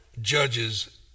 judges